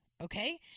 Okay